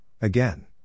again